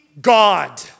God